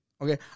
Okay